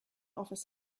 office